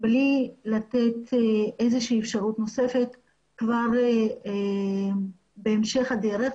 - בלי לתת איזושהי אפשרות נוספת כבר בהמשך הדרך,